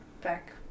back